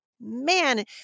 man